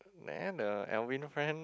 there the Alvin friend